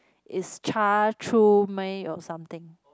it's Cha Tru May or something